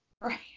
right